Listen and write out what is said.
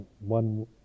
one